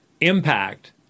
impact